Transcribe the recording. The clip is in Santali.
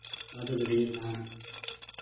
ᱱᱚᱣᱟᱫᱚ ᱜᱟᱹᱰᱭᱟᱹ ᱠᱟᱱᱟ